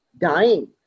dying